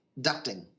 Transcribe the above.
ducting